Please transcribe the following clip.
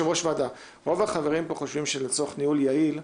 רוב החברים פה חושבים שלצורך ניהול יעיל,